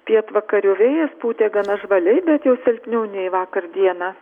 pietvakarių vėjas pūtė gana žvaliai bet jau silpniau nei vakar dieną